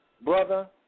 Brother